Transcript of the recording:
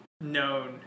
known